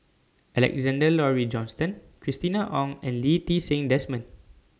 Alexander Laurie Johnston Christina Ong and Lee Ti Seng Desmond